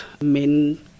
men